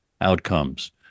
outcomes